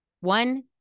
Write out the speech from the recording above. One